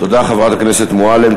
תודה, חברת הכנסת מועלם.